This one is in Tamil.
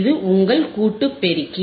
இது உங்கள் கூட்டு பெருக்கி